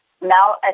now